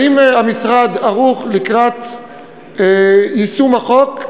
האם המשרד ערוך לקראת יישום החוק?